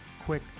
quick